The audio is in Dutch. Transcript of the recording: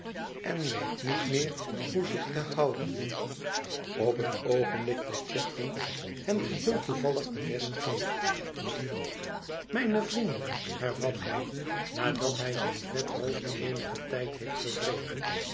en weet niet meer hoe zich te houden op het oogenblik dat chadband hem geheel toevallig de rest geeft mijne vrienden hervat hij nadat hij zijn vet hoofd eenigen tijd heeft gewreven